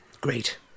Great